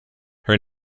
her